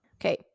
Okay